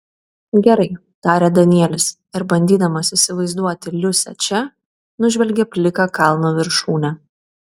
gerai tarė danielis ir bandydamas įsivaizduoti liusę čia nužvelgė pliką kalno viršūnę